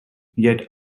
yet